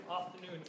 afternoon